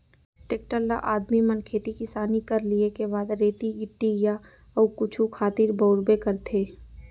tractor ल आदमी मन खेती किसानी कर लिये के बाद रेती गिट्टी या अउ कुछु खातिर बउरबे करथे